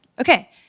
okay